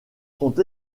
sont